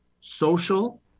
social